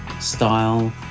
style